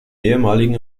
ehemaligen